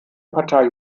partei